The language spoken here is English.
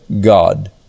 God